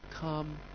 Come